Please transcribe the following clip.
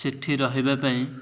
ସେଇଠି ରହିବା ପାଇଁ